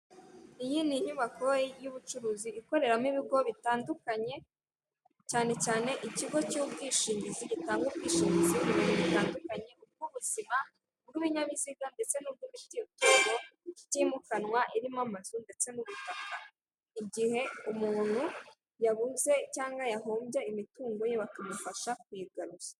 Iyi ni inyubako y'ubucuruzi ikoreramo ibigo bitandukanye cyane cyane ikigo cy'ubwishingizi gitanga ubwishingizi ku bintu bitandukanye nk'ubuzima bw'ibinyabiziga ndetse n'ubw'imiti utungo itimukanwa irimo amazu, ndetse igihe umuntu yabuze cyangwa yahombye imitungo ye bakamufasha kwigayiruza.